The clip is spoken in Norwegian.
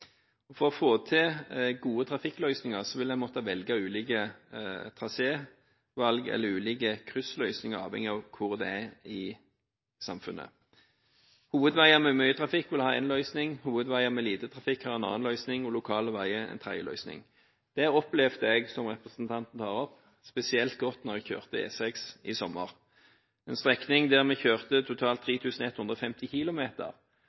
For å få til gode trafikkløsninger vil en måtte velge ulike traséer eller ulike kryssløsninger avhengig av hvor det er i samfunnet. Hovedveier med mye trafikk vil ha én løsning, hovedveier med lite trafikk en annen løsning, og lokale veier en tredje løsning. Det opplevde jeg – som representanten også tar opp – spesielt godt da jeg kjørte E6 i sommer, en strekning der vi kjørte totalt 3 150 km,